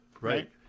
right